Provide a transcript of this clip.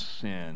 sin